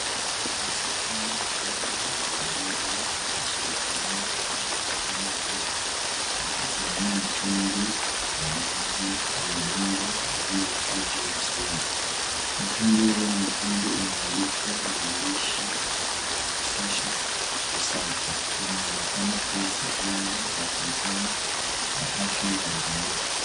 Wasichana wawili wadogo wameshirikiana kunawa mikono yao kwa kutumia mtungi wa maji wenye bomba iliyowekwa juu ya stendi. Mtungi huo mwekundu umeandikwa maandishi ya kuhamasisha usafi na unaonekana kuwa sehemu ya kampeni ya afya ya jamii.